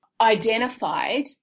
identified